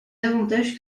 davantage